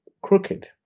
crooked